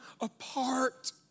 apart